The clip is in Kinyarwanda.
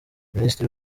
ministre